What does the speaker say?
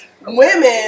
Women